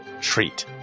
treat